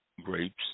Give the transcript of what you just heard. grapes